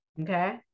Okay